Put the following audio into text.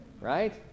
right